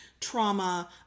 trauma